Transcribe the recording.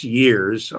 years